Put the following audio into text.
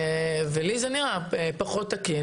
ולי זה נראה פחות תקין,